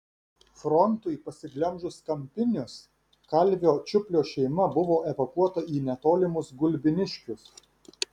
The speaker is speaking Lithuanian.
frontui pasiglemžus kampinius kalvio čiuplio šeima buvo evakuota į netolimus gulbiniškius